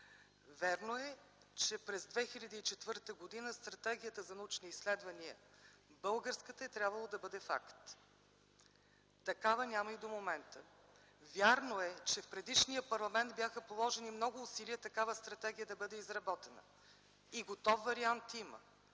Вярно е, че през 2004 г. българската Стратегия за научни изследвания е трябвало да бъде факт. Такава няма и до момента. Вярно е, че в предишния парламент бяха положени много усилия такава стратегия да бъде изработена и готов вариант има.